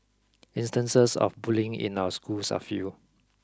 instances of bullying in our schools are few